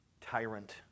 tyrant